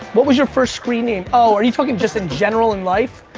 what was your first screen name? oh, are you talking just in general, in life?